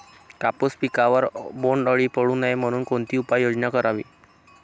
कापूस पिकावर बोंडअळी पडू नये म्हणून कोणती उपाययोजना करावी?